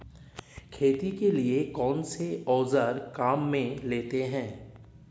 खेती के लिए कौनसे औज़ार काम में लेते हैं?